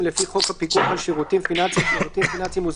לפי חוק הפיקוח על שירותים פיננסיים- -- מוסדרים,